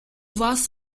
warst